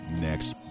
next